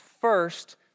first